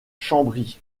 chambry